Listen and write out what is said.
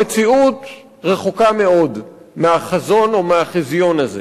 המציאות רחוקה מאוד מהחזון או מהחיזיון הזה.